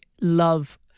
love